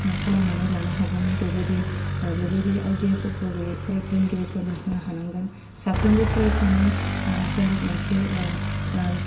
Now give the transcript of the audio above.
खालामनानै लानो हागोन बेबायदि बेबायदि आयदियाफोरखौ बेफोर फोरोंगिरिफोरनो होनो हानांगोन साफ्रोमबो फरायसानि जा मोनसे